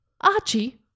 Archie